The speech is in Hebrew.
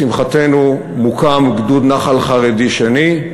לשמחתנו, מוקם גדוד נח"ל חרדי שני.